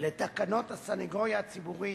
לתקנות הסניגוריה הציבורית,